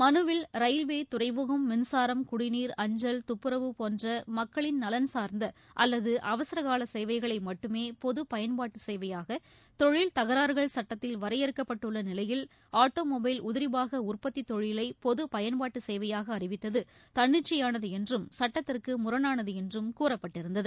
மனுவில் ரயில்வே துறைமுகம் மின்சாரம் குடிநீர் அஞ்சல் துப்புரவு போன்ற மக்களின் நலன் சார்ந்த அல்லது அவசரகால சேவைகளை மட்டுமே பொது பயன்பாட்டு சேவையாக தொழில் தகராறுகள் சட்டத்தில் வரையறுக்கப்பட்டுள்ள நிலையில் ஆட்டோமொபைல் உதிரி பாக உற்பத்தித் தொழிலை பொது பயன்பாட்டு சேவையாக அறிவித்தது தன்னிச்சையானது என்றும் சட்டத்திற்கு முரணானது என்றும் கூறப்பட்டிருந்தது